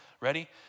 Ready